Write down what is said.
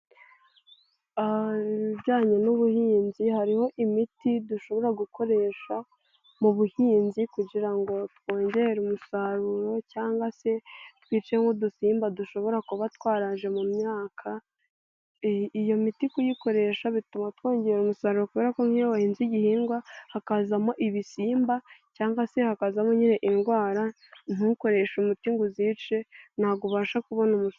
Aha hari ibijyanye n'ubuhinzi. Hariho imiti dushobora gukoresha, mu buhinzi kugira ngo twongere umusaruro cyangwa se twice nk'udusimba dushobora kuba twaraje mu myaka. Iyo miti kuyikoresha bituma twongera umusaruro kubera ko iyo wahinze igihingwa hakazamo ibisimba cyangwa se hakazamo nyine indwara, ntukoreshe umuti ngo uzice ntago ubasha kubona umusa...